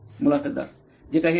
मुलाखतदार जे काही असेल